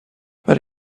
but